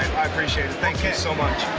appreciate it. thank you so much.